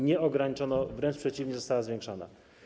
Nie ograniczono, wręcz przeciwnie, została ona zwiększona.